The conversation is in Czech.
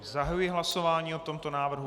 Zahajuji hlasování o tomto návrhu.